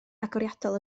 agoriadol